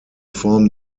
form